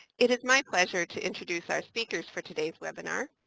it is my pleasure to introduce our speakers for today's webinar.